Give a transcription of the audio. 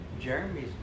Jeremy's